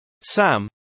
Sam